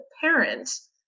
parents